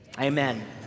amen